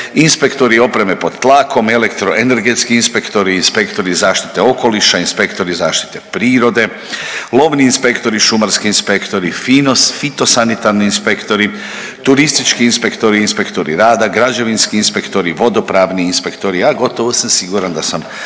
inspektori opreme pod tlakom, elektroenergetski inspektori, inspektori zaštite okoliša, inspektori zaštite prirode, lovni inspektori, šumarski inspektori, fitosanitarni inspektori, turistički inspektori, inspektori rada, građevinski inspektori, vodopravni inspektori, a gotovo sam siguran da sam